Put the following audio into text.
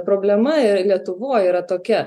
problema ir lietuvoj yra tokia